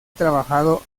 trabajado